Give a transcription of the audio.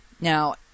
Now